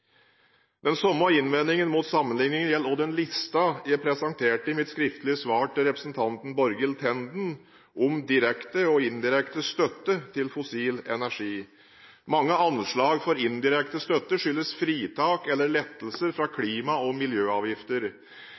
Den samme innvendingen mot sammenligninger gjelder også listen jeg presenterte i mitt skriftlige svar til representanten Borghild Tenden om direkte og indirekte støtte til fossil energi. Mange av anslagene for indirekte støtte skyldes fritak eller lettelser fra klima- og miljøavgifter.